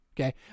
okay